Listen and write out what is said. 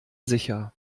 sicher